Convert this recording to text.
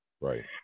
Right